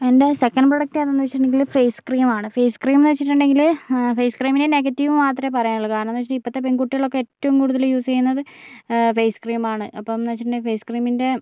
എൻ്റെ second product ഏതാന്ന് വെച്ചിട്ടുണ്ടെങ്കില് ഫേസ് ക്രീം ആണ് ഫേസ് ക്രീം എന്ന് വെച്ചിട്ടുണ്ടെങ്കില് ഫേസ് ക്രീമിന് നെഗറ്റീവ് മാത്രമേ പറയാൻ ഉള്ളൂ കാരണന്ന് വെച്ചിട്ടുണ്ടെങ്കിൽ ഇപ്പത്തെ പെൺകുട്ടികളൊക്കെ ഏറ്റവും കൂടുതല് യൂസ് ചെയ്യുന്നത് ഫേസ് ക്രീം ആണ് അപ്പം എന്ന് വെച്ചിട്ടുണ്ടെങ്കി ഫേസ് ക്രീമിൻ്റെ